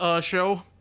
show